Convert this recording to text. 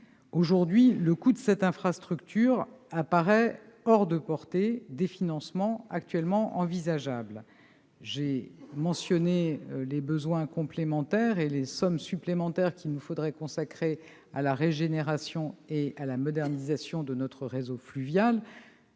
la France. Le coût de cette infrastructure apparaît hors de portée des financements actuellement envisageables. J'ai mentionné les besoins complémentaires et les sommes supplémentaires qu'il nous faudrait consacrer à la régénération et à la modernisation de notre réseau fluvial,